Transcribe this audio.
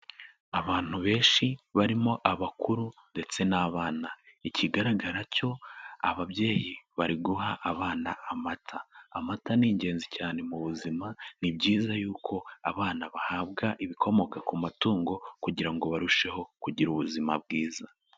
Abantu benshi barimo abakuru ndetse n'abana, ikigaragara cyo ababyeyi bari guha abana amata, amata ni ingenzi cyane mu buzima ni byiza yuko abana bahabwa ibikomoka ku matungo kugira ngo barusheho kugira ubuzima bwiza.